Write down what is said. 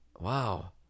Wow